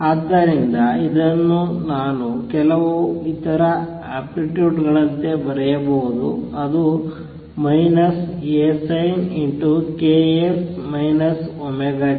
ಆದ್ದರಿಂದ ಇದನ್ನು ನಾನು ಕೆಲವು ಇತರ ಆಂಪ್ಲಿಟ್ಯೂಡ್ ಗಳಂತೆ ಬರೆಯಬಹುದು ಅದು minus A sin kx ωt